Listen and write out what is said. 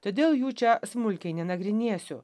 todėl jų čia smulkiai nenagrinėsiu